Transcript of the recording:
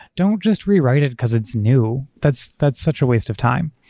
don't just rewrite it because it's new. that's that's such a waste of time.